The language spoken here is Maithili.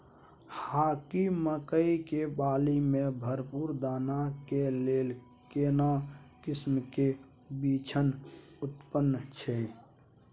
हाकीम मकई के बाली में भरपूर दाना के लेल केना किस्म के बिछन उन्नत छैय?